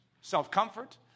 self-comfort